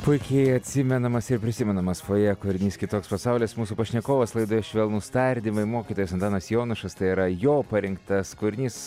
puikiai atsimenamas ir prisimenamas fojė kūrinys kitoks pasaulis mūsų pašnekovas laidoje švelnūs tardymai mokytojas antanas jonušas tai yra jo parinktas kūrinys